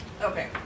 Okay